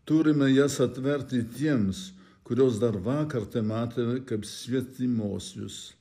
turime jas atverti tiems kuriuos dar vakar tai matėme kaip svetimuosius